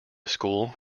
school